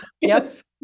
Yes